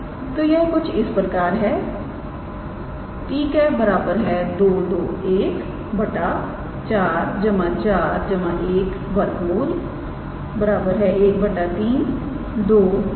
तो यह कुछ इस प्रकार है 𝑡̂ 221 √441 1 3 221